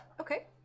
Okay